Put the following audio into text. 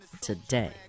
today